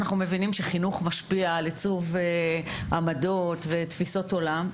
אנחנו מבינים שחינוך משפיע על עיצוב עמדות ותפיסות עולם.